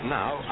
now